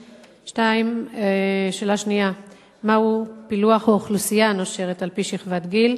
2. מה הוא פילוח האוכלוסייה הנושרת על-פי שכבת גיל?